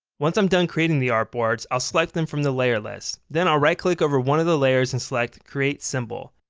once i'm done creating the artboards, i'll select them from the layer list. then i'll right-click over one of the layers and select create symbol.